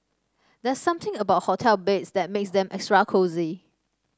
there's something about hotel beds that makes them extra cosy